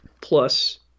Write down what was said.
plus